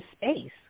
space